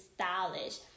stylish